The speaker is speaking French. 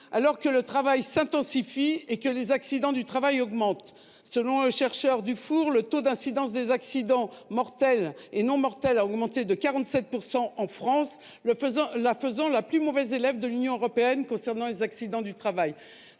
alors que le travail s'intensifie et que les accidents du travail augmentent. Selon le chercheur Nicolas Dufour, le taux d'incidence des accidents mortels et non mortels a augmenté de 47 % en France, en faisant la plus mauvaise élève de l'Union européenne concernant les accidents du travail.